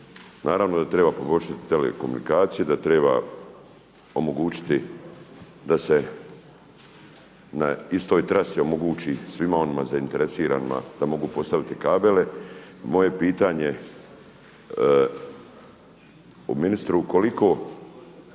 Naravno da treba poboljšati telekomunikacije, da treba omogućiti da se na istoj trasi omogući svima onima zainteresiranima da mogu postaviti kabele. I moje pitanje ministru koliko